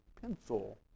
pencil